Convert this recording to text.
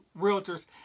realtors